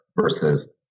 versus